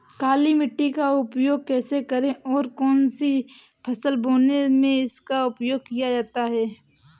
काली मिट्टी का उपयोग कैसे करें और कौन सी फसल बोने में इसका उपयोग किया जाता है?